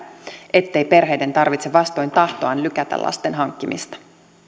ettei perheiden tarvitse vastoin tahtoaan lykätä lasten hankkimista